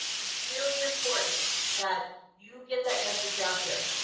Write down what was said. it's really important that you get that message out there.